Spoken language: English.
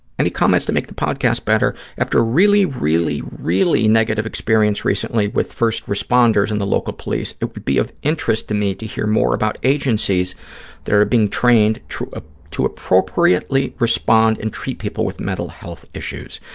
any comments to make the podcast better? after a really, really, really negative experience recently with first responders and the local police, it would be of interest to me to hear more about agencies that are being trained to ah to appropriately respond and treat people with mental health issues.